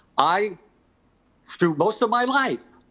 i through most of my life,